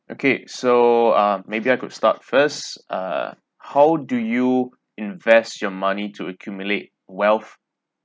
okay so uh maybe I could start first uh how do you invest your money to accumulate wealth